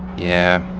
yeah,